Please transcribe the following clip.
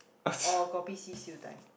or kopi C siew dai